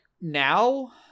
now